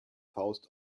faust